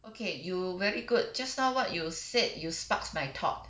okay you very good just now what you said you sparks my thought